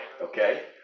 Okay